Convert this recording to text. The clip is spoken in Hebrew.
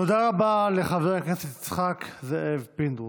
תודה רבה לחבר הכנסת יצחק זאב פינדרוס.